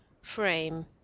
frame